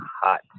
hot